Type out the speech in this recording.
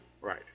Right